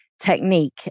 technique